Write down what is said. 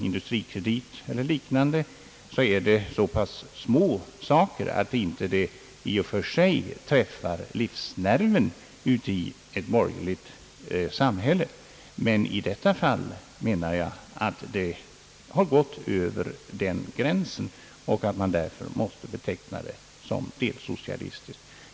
Industrikredit och liknande företag är så pass små att de inte träffar livsnerven i ett borgerligt samhälle. I detta fall anser jag att man har gått över den gränsen och att man därför måste beteckna investeringsbanken såsom en delsocialistisk framstöt.